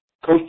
Coach